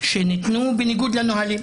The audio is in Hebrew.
שניתנו בניגוד לנהלים.